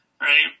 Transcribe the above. right